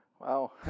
wow